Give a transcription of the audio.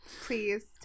Please